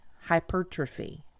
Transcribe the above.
hypertrophy